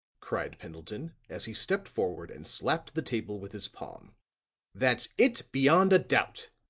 cried pendleton, as he stepped forward and slapped the table with his palm that's it, beyond a doubt!